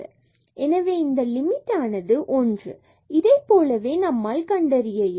fxyx32y3x2y2xy00 0xy00 எனவே இந்த limit ஆனது 1 மற்றும் இதைப்போலவே நம்மால் கண்டறிய இயலும்